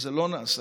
וזה לא נעשה,